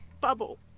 bubble